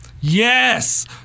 Yes